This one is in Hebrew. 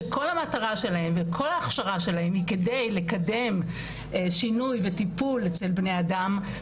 שכל המטרה שלהם וכל ההכשרה שלהם היא כדי לקדם שינוי וטיפול אצל בני אדם,